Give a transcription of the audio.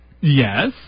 Yes